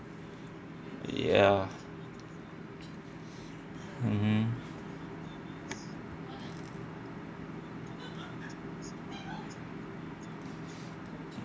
ya mmhmm